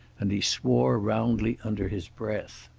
and he swore roundly under his breath.